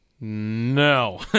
No